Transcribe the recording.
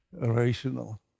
rational